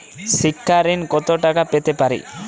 শিক্ষা ঋণ কত টাকা পেতে পারি?